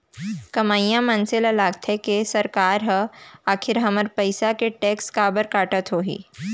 कमइया मनसे ल लागथे के सरकार ह आखिर हमर पइसा के टेक्स काबर काटत होही